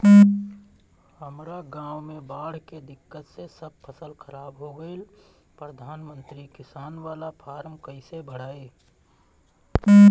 हमरा गांव मे बॉढ़ के दिक्कत से सब फसल खराब हो गईल प्रधानमंत्री किसान बाला फर्म कैसे भड़ाई?